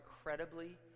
incredibly